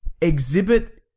Exhibit